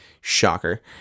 Shocker